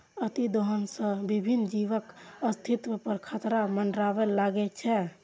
अतिदोहन सं विभिन्न जीवक अस्तित्व पर खतरा मंडराबय लागै छै